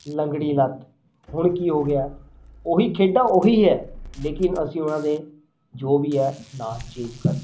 ਲੰਗੜੀ ਲੱਤ ਹੁਣ ਕੀ ਹੋ ਗਿਆ ਉਹੀ ਖੇਡਾਂ ਉਹੀ ਹੈ ਲੇਕਿਨ ਅਸੀਂ ਉਹਨਾਂ ਦੇ ਜੋ ਵੀ ਹੈ ਨਾਮ ਚੇਂਜ ਕਰਤੇ